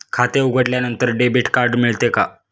खाते उघडल्यानंतर debit card मिळते का?